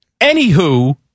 Anywho